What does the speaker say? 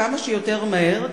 כמה שיותר מהר,